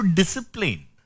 discipline